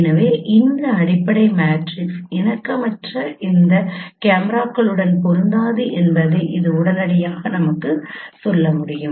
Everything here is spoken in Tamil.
எனவே இந்த அடிப்படை மேட்ரிக்ஸ் இணக்கமற்ற இந்த கேமராக்களுடன் பொருந்தாது என்பதை இது உடனடியாக நமக்குச் சொல்ல முடியும்